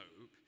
hope